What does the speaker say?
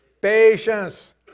Patience